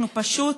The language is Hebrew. אנחנו פשוט